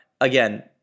again